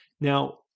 Now